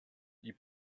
die